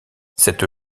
cette